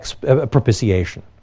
propitiation